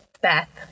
Beth